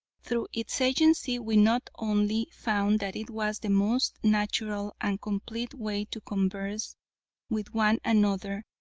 through its agency we not only found that it was the most natural and complete way to converse with one another,